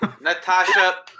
Natasha